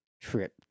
trip